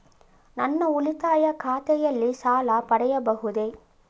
ನನ್ನ ಉಳಿತಾಯ ಖಾತೆಯಲ್ಲಿ ಸಾಲ ಪಡೆಯಬಹುದೇ?